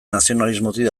nazionalismotik